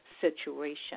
situation